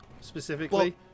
specifically